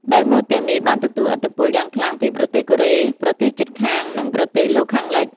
ដែលម៉ូដទាំងនេះបានទទួលឥទ្ធិពលយ៉ាងខ្លាំងពីប្រទេសកូរ៉េ ប្រទេសជិតខាង និងប្រទេសលោកខាងលិច។